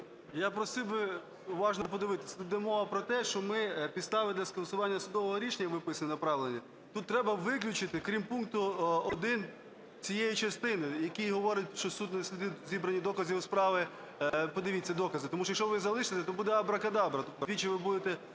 Я просив би уважно подивитись. Тут йде мова про те, що ми підстави для скасування судового рішення виписуємо неправильно. Тут треба виключити: крім пункту 1 цієї частини, який говорить, що суд дослідить зібрані докази у справі… подивіться "докази". Тому якщо ви залишите, абракадабра, тут двічі ви будете